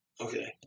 Okay